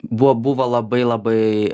buvo buvo labai labai